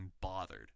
bothered